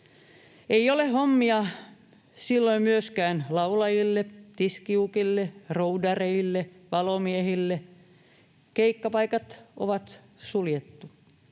Ei ole hommia silloin myöskään laulajille, tiskijukille, roudareille, valomiehille. Keikkapaikat on suljettu.